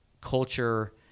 culture